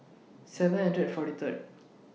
seven hundred forty Third